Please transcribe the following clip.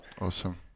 Awesome